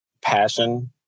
passion